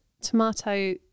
tomato